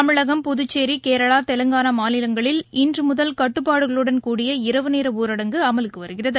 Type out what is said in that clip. தமிழகம் புதுச்சேி கேரளா தெலங்கானாமாநிலங்களில் இன்றுமுதல் கட்டுப்பாடுகளுடன் கூடிய இரவு நேரணரடங்கு அமலுக்குவருகிறது